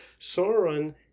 Sauron